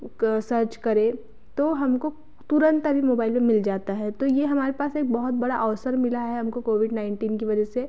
search करें तो हमको तुरंत अभी मोबाइल में मिल जाता है तो ये हमारे पास एक बहुत बड़ा अवसर मिला है हमको कोविड नाइंटीन के वजह से